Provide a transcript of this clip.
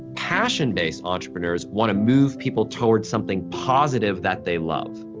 passion-based entrepreneurs wanna move people towards something positive that they love.